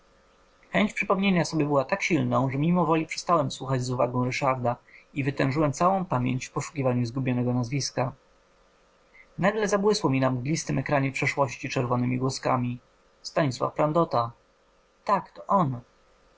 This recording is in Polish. chęć przypomnienia sobie była tak silną że mimowoli przestałem słuchać z uwagą ryszarda i wytężyłem całą pamięć w poszukiwaniu zgubionego nazwiska nagle zabłysło mi na mglistym ekranie przeszłości czerwonemi głoskami stanisław prandota tak to on